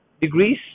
degrees